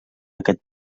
aquest